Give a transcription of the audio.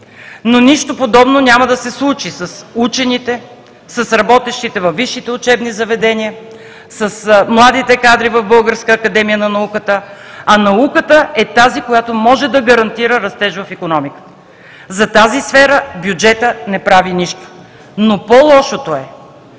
но нищо подобно няма да се случи с учените, с работещите във висшите учебни заведения, с младите кадри в Българската академия на науките, а науката е тази, която може да гарантира растеж в икономиката. За тази сфера бюджетът не прави нищо. Но по-лошото е,